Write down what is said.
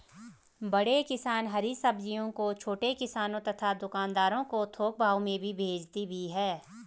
बड़े किसान हरी सब्जियों को छोटे किसानों तथा दुकानदारों को थोक भाव में भेजते भी हैं